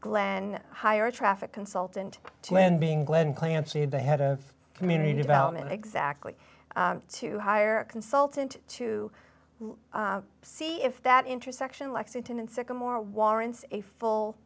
glenn hire a traffic consultant to landing glen clancy and the head of community development exactly to hire a consultant to see if that intersection lexington and sycamore warrants a full